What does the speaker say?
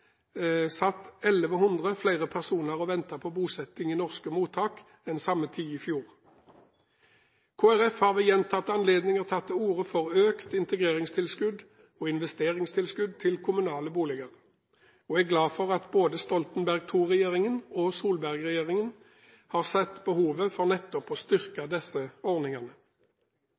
satt 1 100 flere personer og ventet på bosetting i norske mottak enn på samme tid i fjor. Kristelig Folkeparti har ved gjentatte anledninger tatt til orde for økt integreringstilskudd og investeringstilskudd til kommunale boliger og er glad for at både Stoltenberg II-regjeringen og Solberg-regjeringen har sett behovet for nettopp å styrke disse ordningene.